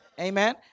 amen